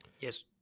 yes